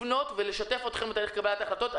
ולשתף אותם בתהליך קבלת ההחלטות.